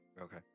Okay